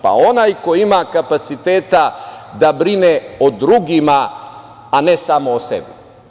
Pa, onaj koji ima kapaciteta da brine o drugima, a ne samo o sebi.